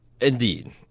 Indeed